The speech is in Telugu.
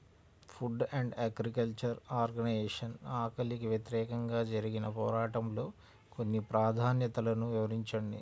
ఫుడ్ అండ్ అగ్రికల్చర్ ఆర్గనైజేషన్ ఆకలికి వ్యతిరేకంగా జరిగిన పోరాటంలో కొన్ని ప్రాధాన్యతలను వివరించింది